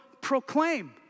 proclaim